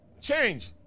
Change